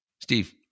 Steve